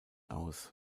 aus